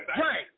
Right